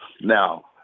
Now